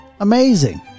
Amazing